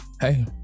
hey